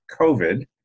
covid